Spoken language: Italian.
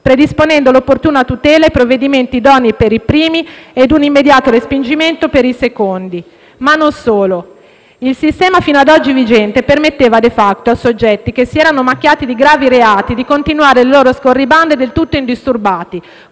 predisponendo l'opportuna tutela e provvedimenti idonei per i primi e un immediato respingimento per i secondi, ma non solo. Il sistema vigente fino ad oggi permetteva *de facto* a soggetti che si erano macchiati di gravi reati di continuare le loro scorribande del tutto indisturbati.